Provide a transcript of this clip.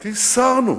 כי הסרנו.